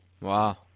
Wow